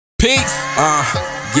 peace